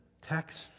text